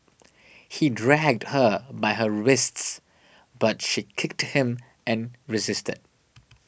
he dragged her by her wrists but she kicked him and resisted